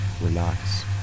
Relax